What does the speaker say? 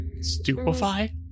Stupefy